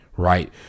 Right